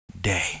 day